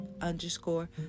underscore